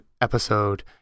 episode